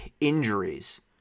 injuries